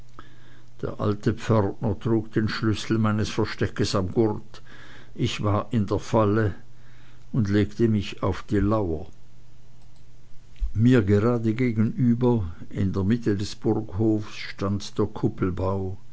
der alte pförtner trug den schlüssel meines versteckes am gurt ich war in der falle und legte mich auf die lauer mir gerade gegenüber in der mitte des burghofs stand der